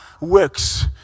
works